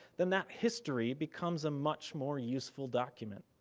then that history becomes a much more useful document.